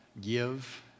give